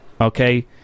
Okay